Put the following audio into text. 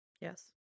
Yes